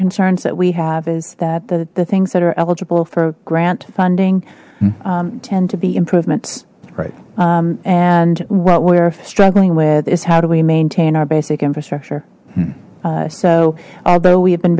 concerns that we have is that the the things that are eligible for grant funding tend to be improvements right and what we're struggling with is how do we maintain our basic infrastructure so although we've been